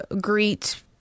greet